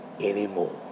anymore